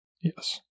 Yes